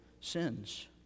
sins